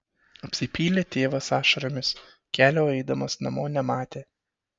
apsipylė tėvas ašaromis kelio eidamas namo nematė